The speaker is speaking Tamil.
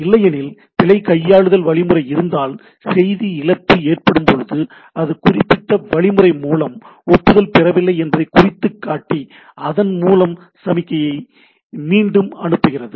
இல்லையெனில் பிழை கையாளுதல் வழிமுறை இருந்தால் செய்தி இழப்பு ஏற்படும்போது அது குறிப்பிட்ட வழிமுறை மூலம் ஒப்புதல் பெறவில்லை என்பதைக் குறித்து காட்டி அதன்மூலம் சமிக்ஞையை மீண்டும் அனுப்புகிறது